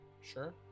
Sure